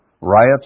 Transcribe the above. riots